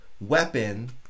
weapon